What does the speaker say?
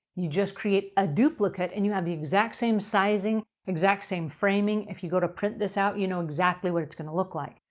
you just create a duplicate and you have the exact same sizing, exact same framing. if you go to print this out, you know exactly what it's going to look like.